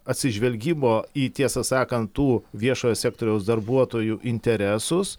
atsižvelgimo į tiesą sakant tų viešojo sektoriaus darbuotojų interesus